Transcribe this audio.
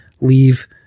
leave